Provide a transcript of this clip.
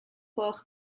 gloch